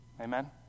Amen